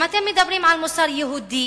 אם אתם מדברים על מוסר יהודי,